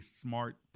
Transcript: smart